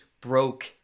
broke